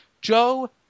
Joe